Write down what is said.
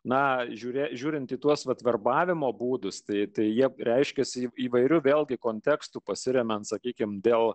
na žiūrėk žiūrint į tuos vat verbavimo būdus tai jie reiškiasi įvairių vėlgi kontekstų pasiremiant sakykime dėl